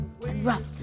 rough